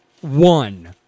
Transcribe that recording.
one